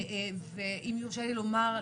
ואם יורשה לי לומר,